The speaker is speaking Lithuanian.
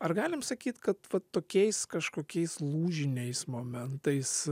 ar galim sakyt kad vat tokiais kažkokiais lūžiniais momentais